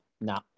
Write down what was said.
No